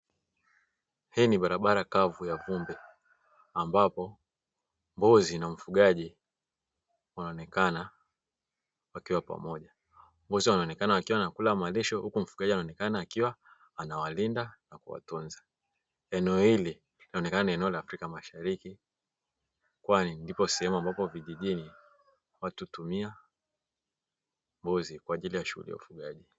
Hii ni barabara kavu ya vumbi, ambapo mbuzi na mfugaji wanaonekana wakiwa pamoja. Mbuzi wanaonekana wakiwa wanakula malisho huku mfugaji anaonekana akiwa anawalinda na kuwatunza. Eneo hili linaonekana ni eneo la Afrika mashariki kwani lipo sehemu ambapo vijijini watu hutumia mbuzi kwaajili ya shughuli ya ufugaji.